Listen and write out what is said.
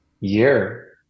year